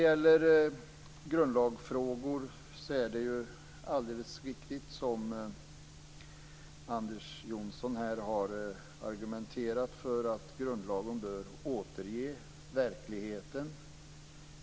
Det är alldeles riktigt, som Anders Johnson har argumenterat för, att grundlagen bör återge verkligheten.